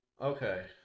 Okay